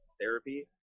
therapy